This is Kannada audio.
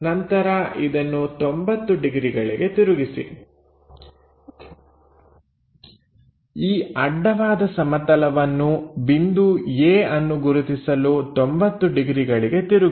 ನಂತರ ಇದನ್ನು 90 ಡಿಗ್ರಿಗಳಿಗೆ ತಿರುಗಿಸಿ ಈ ಅಡ್ಡವಾದ ಸಮತಲವನ್ನು ಬಿಂದು a ಅನ್ನು ಗುರುತಿಸಲು 90 ಡಿಗ್ರಿಗಳಿಗೆ ತಿರುಗಿಸಿ